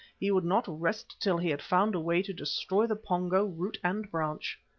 he would not rest till he had found a way to destroy the pongo, root and branch.